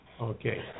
Okay